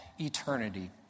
eternity